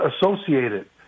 associated